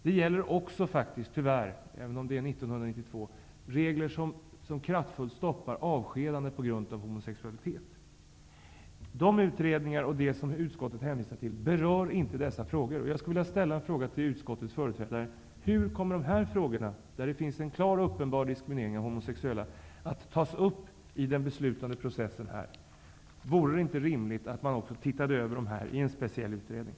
Det gäller också -- tyvärr, även om det är 1992 -- regler som kraftfullt kan stoppa avskedande på grund av homosexualitet. De utredningar som utskottet hänvisar till berör inte dessa frågor. Hur kommer dessa frågor, där det finns en klar och uppenbar diskriminering av homosexuella, att tas upp i den beslutande processen? Vore det inte rimligt att se över dessa frågor i en speciell utredning?